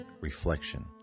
Reflection